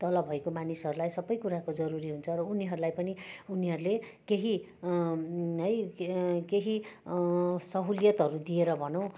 तल भएको मानिसहरूलाई सबै कुराको जरुरी हुन्छ र उनीहरूलाई पनि उनीहरूले केही है केही सहुलियतहरू दिएर भनौँ